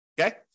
Okay